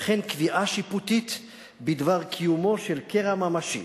וכן קביעה שיפוטית בדבר קיומו של קרע ממשי